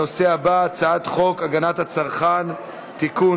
הנושא הבא: הצעת חוק הגנת הצרכן (תיקון,